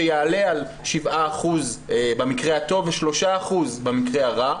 שיעלה על 7% במקרה הטוב ו-3% במקרה הרע.